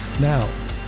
Now